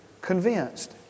convinced